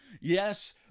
Yes